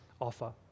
offer